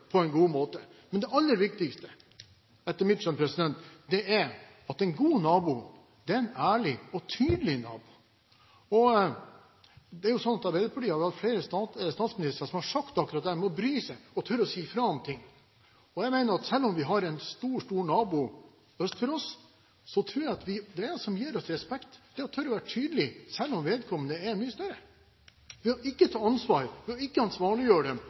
på en god måte. Men det aller viktigste, etter mitt skjønn, er at en god nabo er en ærlig og tydelig nabo. Det er jo sånn at Arbeiderpartiet har hatt flere statsministere som har snakket om akkurat det å bry seg og å tørre å si fra om ting. Jeg mener at selv om vi har en veldig stor nabo øst for oss, tror jeg at det som gir oss respekt, er å tørre å være tydelig selv om vedkommende er mye større. Ved ikke å ta ansvar og ikke ansvarliggjøre dem